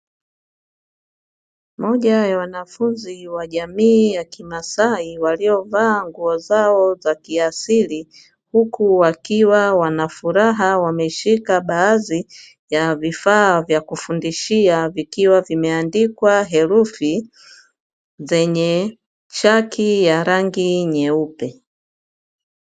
Moja ya wanafunzi wa jamii ya kimasai waliovaa nguo zao za kiasili huku wakiwa wanafuraha wameshika baadhi ya vifaa vya kufundishia vikiwa vimeandikwa herufi zenye chaki ya rangi nyeupe.